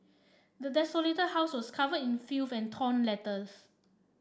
the desolated house was covered in filth and torn letters